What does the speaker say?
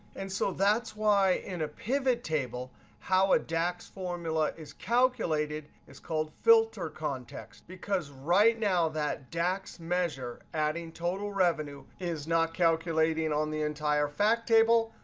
and so that's why in a pivot table how a dax formula is calculated is called filter context, because right now, that dax measure adding total revenue is not calculating on the entire fact table,